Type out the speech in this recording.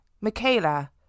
Michaela